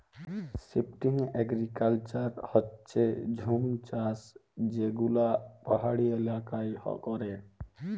shifting agriculture হচ্যে জুম চাষ যে গুলা পাহাড়ি এলাকায় ক্যরে